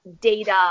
data